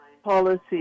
policy